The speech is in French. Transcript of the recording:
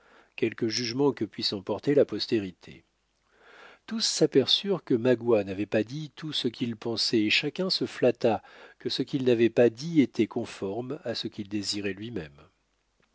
quelque jugement que puisse en porter la postérité tous s'aperçurent que magua n'avait pas dit tout ce qu'il pensait et chacun se flatta que ce qu'il n'avait pas dit était conforme à ce qu'il désirait lui-même